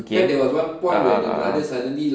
okay a'ah a'ah